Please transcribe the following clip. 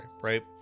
right